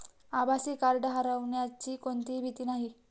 आभासी कार्ड हरवण्याची कोणतीही भीती नाही